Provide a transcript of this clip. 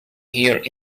here